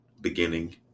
beginning